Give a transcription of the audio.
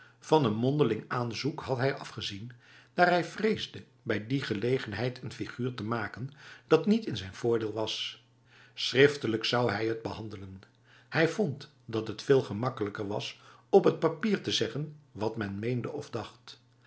van een mondeling aanzoek had hij afgezien daar hij vreesde bij die gelegenheid een figuur te maken dat niet in zijn voordeel was schriftelijk zou hij het behandelen hij vond dat het veel gemakkelijker was op het papier te zeggen wat men meende of dacht